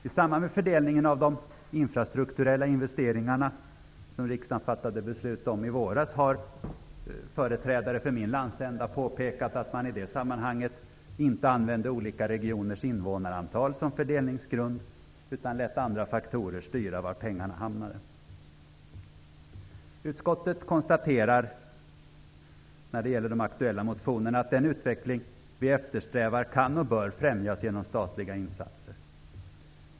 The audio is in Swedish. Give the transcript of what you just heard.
I samband med fördelningen av de infrastrukturella investeringarna, som riksdagen fattade beslut om i våras, har företrädare för min landsända påpekat att man i det sammanhanget inte använde olika regioners invånarantal som fördelningsgrund utan lät andra faktorer styra var pengarna hamnade. Utskottet konstaterar, när det gäller de aktuella motionerna, att den utveckling som vi eftersträvar kan och bör främjas genom statliga insatser.